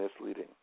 misleading